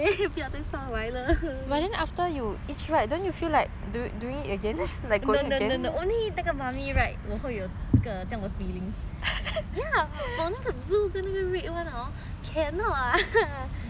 no no no only 那个 mummy ride 我会有这个这样的 feeling for 那个 blue 跟那个 red one cannot lah when I go up I really say